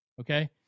okay